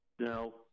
No